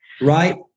right